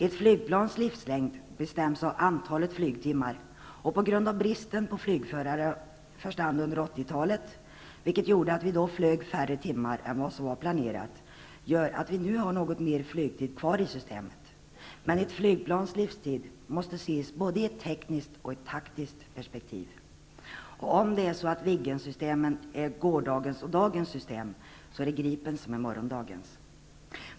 Ett flygplans livslängd bestäms av antalet flygtimmar, och bristen på flygförare i första hand under 1980 talet, vilket gjorde att vi flög färre timmar än planerat, gör att vi nu har något mer flygtid kvar i systemet. Men ett flygplans livstid måste ses både i ett tekniskt och i ett taktiskt perspektiv, och om Viggensystemet är gårdagens och dagens system, är Gripen morgondagens.